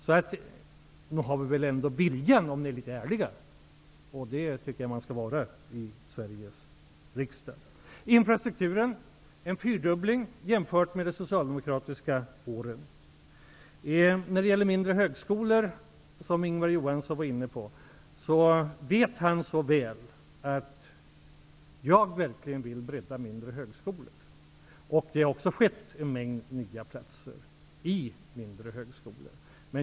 Om ni är ärliga får ni nog erkänna att vi i alla fall har viljan. Jag tycker att man skall vara ärlig i Sveriges riksdag. På infrastrukturens område är det nu fråga om en fyrdubbling jämfört med de socialdemokratiska åren. Ingvar Johnsson tog upp frågan om de mindre skolorna. Han vet så väl att jag verkligen vill bredda verksamheten vid de mindre högskolorna. Det har också blivit en mängd nya platser i mindre högskolor.